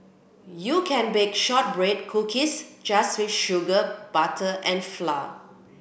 you can bake shortbread cookies just with sugar butter and flour